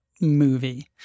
movie